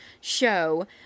show